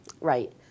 right